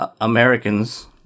Americans